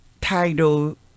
title